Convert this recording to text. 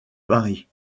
paris